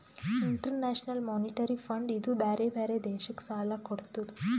international monetary fund ಇದೂ ಬ್ಯಾರೆ ಬ್ಯಾರೆ ದೇಶಕ್ ಸಾಲಾ ಕೊಡ್ತುದ್